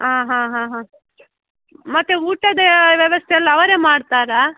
ಆಂ ಹಾಂ ಹಾಂ ಹಾಂ ಮತ್ತು ಊಟದ ವ್ಯವಸ್ಥೆಯೆಲ್ಲ ಅವರೇ ಮಾಡ್ತಾರಾ